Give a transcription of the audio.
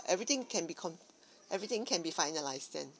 everything can be con~ everything can be finalised then